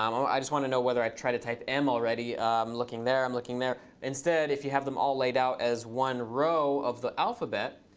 um ah i just want to know whether i've tried to type m already. i'm looking there. i'm looking there. instead, if you have them all laid out as one row of the alphabet,